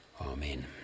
Amen